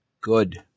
good